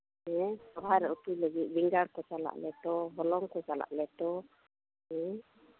ᱦᱮᱸ ᱥᱚᱦᱚᱨᱟᱭ ᱨᱮ ᱩᱛᱩᱭ ᱞᱟᱹᱜᱤᱫ ᱵᱮᱸᱜᱟᱲ ᱠᱚ ᱥᱟᱞᱟᱜ ᱞᱮᱴᱚ ᱦᱚᱞᱚᱝ ᱠᱚ ᱥᱟᱞᱟᱜ ᱞᱮᱴᱚ ᱦᱮᱸ